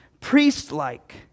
priest-like